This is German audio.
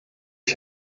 ich